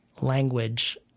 language